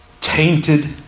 tainted